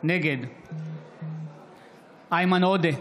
נגד איימן עודה,